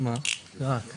אני ממערך